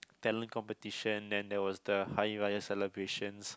talent competition and there was the Hari-Raya celebrations